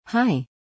Hi